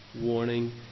warning